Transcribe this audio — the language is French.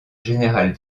général